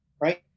right